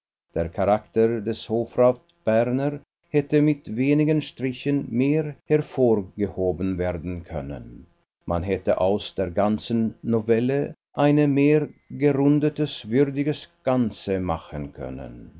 der charakter des hofrat berner hätte mit wenigen strichen mehr hervorgehoben werden können man hätte aus der ganzen novelle ein mehr gerundetes würdiges ganze machen können